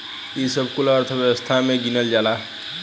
ई सब कुल अर्थव्यवस्था मे गिनल जाला